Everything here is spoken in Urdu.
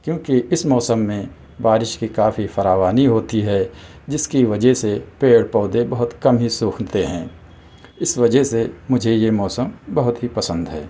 کیونکہ اِس موسم میں بارش کی کافی فراوانی ہوتی ہے جس کی وجہ سے پیڑ پودے بہت کم ہی سوکھتے ہیں اِس وجہ سے مجھے یہ موسم بہت ہی پسند ہے